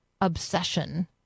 obsession